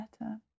better